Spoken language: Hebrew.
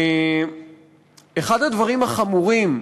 אחד הדברים החמורים,